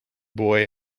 boy